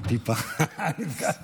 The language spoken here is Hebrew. כמה שיותר מהר, בריאים